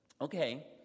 okay